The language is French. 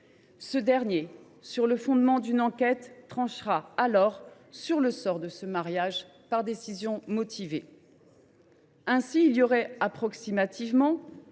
Ce dernier, sur le fondement d’une enquête, tranchera alors le sort de ce mariage, par décision motivée. Il y aurait ainsi,